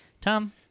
Tom